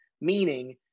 meaning